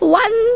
one